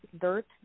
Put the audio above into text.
dirt